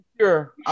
sure